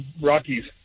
Rockies